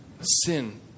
Sin